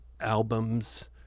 albums